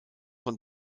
von